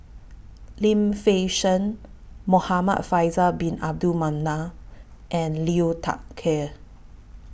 Lim Fei Shen Muhamad Faisal Bin Abdul Manap and Liu Thai Ker